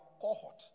cohort